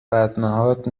بدنهاد